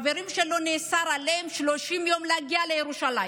חברים שלו, נאסר עליהם 30 יום להגיע לירושלים.